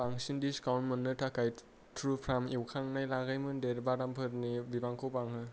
बांसिन डिसकाउन्ट मोननो थाखाय त्रुफार्म एवखांनाय लागायमोन्देर बादामफोरनि बिबांखौ बांहो